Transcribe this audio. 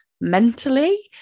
mentally